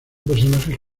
personajes